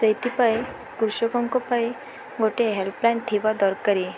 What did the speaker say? ସେଇଥିପାଇଁ କୃଷକଙ୍କ ପାଇଁ ଗୋଟିେ ହେଲ୍ପଲାଇନ୍ ଥିବା ଦରକାର